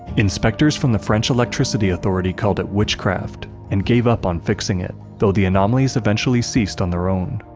inspectors from the french electricity authority called it witchcraft and gave up on fixing it, though the anomalies eventually ceased on their own.